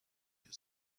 his